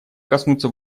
коснуться